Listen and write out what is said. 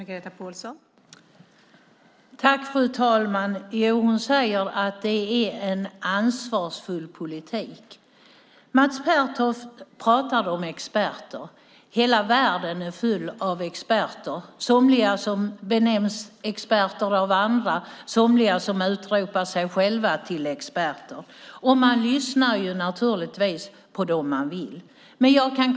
Fru talman! Jo, hon säger att det är en ansvarsfull politik. Mats Pertoft pratade om experter. Hela världen är full av experter. Somliga benämns som experter av andra, somliga utropar sig själva till experter. Och man lyssnar naturligtvis på dem man vill.